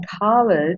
college